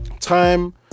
time